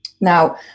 Now